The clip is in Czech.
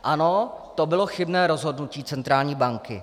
Ano, to bylo chybné rozhodnutí centrální banky.